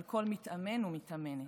על כל מתאמן ומתאמנת.